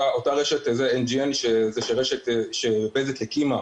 אותה רשת זו רשת NGN שבזק הקימה